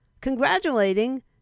congratulating